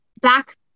back